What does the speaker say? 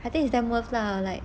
I think it's damn worth lah like